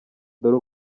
dore